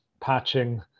Patching